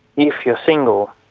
if you're single.